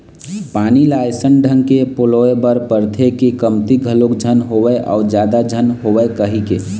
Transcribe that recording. पानी ल अइसन ढंग के पलोय बर परथे के कमती घलोक झन होवय अउ जादा झन होवय कहिके